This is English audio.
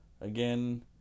Again